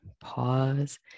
pause